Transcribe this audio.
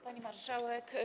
Pani Marszałek!